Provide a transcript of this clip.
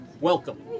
Welcome